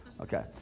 Okay